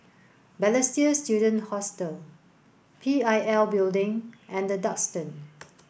Balestier Student Hostel P I L Building and The Duxton